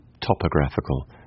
topographical